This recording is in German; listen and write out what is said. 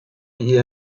ihr